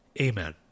Amen